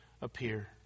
appear